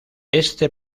este